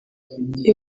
ibi